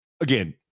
Again